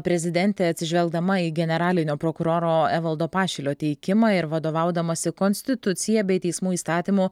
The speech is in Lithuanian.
prezidentė atsižvelgdama į generalinio prokuroro evaldo pašilio teikimą ir vadovaudamasi konstitucija bei teismų įstatymu